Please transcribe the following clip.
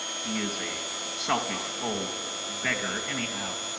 he is a selfish old beggar anyhow.